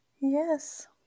yes